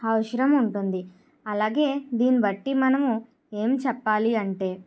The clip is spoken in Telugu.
అవసరం ఉంటుంది అలాగే దీన్ని బట్టి మనము ఏం చెప్పాలి అంటే